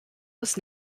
was